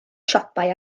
siopau